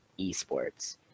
Esports